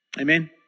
Amen